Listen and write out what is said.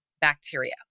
bacteria